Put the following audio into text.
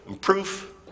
proof